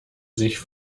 sich